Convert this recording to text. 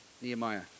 Nehemiah